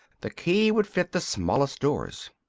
the key would fit the smallest doors.